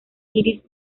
iris